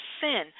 sin